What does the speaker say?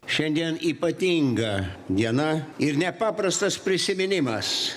šiandien ypatinga diena ir nepaprastas prisiminimas